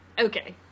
Okay